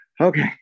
okay